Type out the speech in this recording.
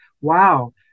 wow